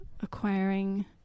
acquiring